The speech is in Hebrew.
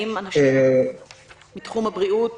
האם אנשים מתחום הבריאות